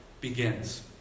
begins